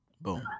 Boom